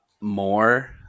more